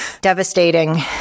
devastating